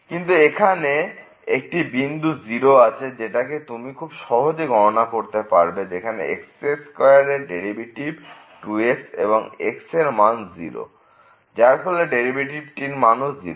কিন্তু এখানে একটি বিন্দু 0 আছে যেটাকে তুমি খুব সহজে গণনা করতে পারবে যেখানে x2 এর ডেরিভেটিভ 2x এবং x এর মান 0 যার ফলে ডেরিভেটিভটির মান 0